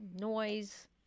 noise